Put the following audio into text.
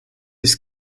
ist